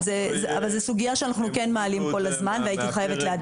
זו סוגיה שאנחנו כן מעלים כל הזמן והייתי חייבת לעדכן אותך.